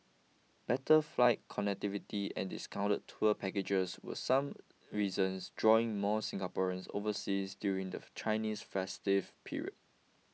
better flight connectivity and discounted tour packages were some reasons drawing more Singaporeans overseas during the Chinese festive period